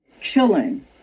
killing